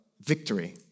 victory